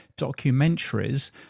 documentaries